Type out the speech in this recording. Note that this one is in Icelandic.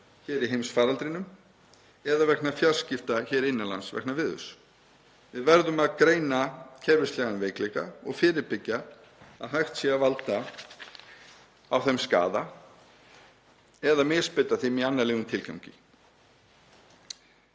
í heimsfaraldrinum eða vegna fjarskipta hér innan lands vegna veðurs. Við verðum að greina kerfislæga veikleika og fyrirbyggja að hægt sé að nýta þá til að valda skaða eða misbeita þeim í annarlegum tilgangi.